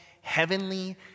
heavenly